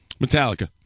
Metallica